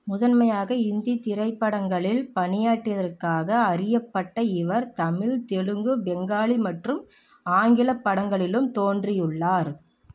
முதன்மையாக இந்தி திரைப்படங்களில் பணியாற்றியதற்காக அறியப்பட்ட இவர் தமிழ் தெலுங்கு பெங்காலி மற்றும் ஆங்கிலப் படங்களிலும் தோன்றியுள்ளார்